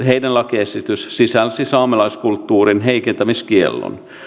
heidän lakiesitys sisälsi saamelaiskulttuurin heikentämiskiellon